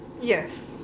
Yes